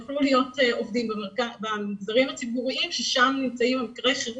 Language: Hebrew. יוכלו להיות עובדים במגזרים הציבוריים ששם נמצאים מקרי החירום,